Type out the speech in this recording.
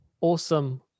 awesome